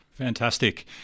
Fantastic